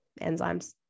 enzymes